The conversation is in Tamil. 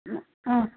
ஆ ஆ